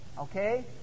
Okay